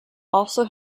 also